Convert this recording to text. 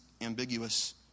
ambiguous